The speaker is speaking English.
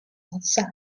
outside